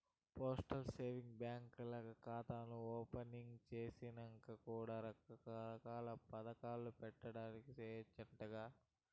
postal savings బాంకీల్ల కాతాను opening సేసినంక కూడా రకరకాల్ల పదకాల్ల పెట్టుబడి సేయచ్చంటగా